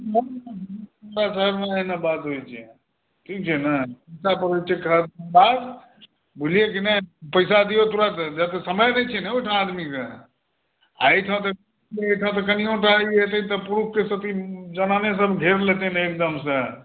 शहर तहरमे अहिना बात होइत छै ठीक छै ने बुझलियै कि नहि पैसा दियौ तुरंत किआ तऽ समय नहि ने छै ओहिठाम आदमीके एहिठाम तऽ कनियोटा ई होयतै पुरुषक सत्ती जनानेसभ घेर लेथिन एकदमसँ